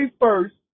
first